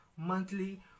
Monthly